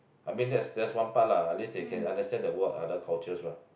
I mean that's that's one part lah at least they can understand the word other cultures mah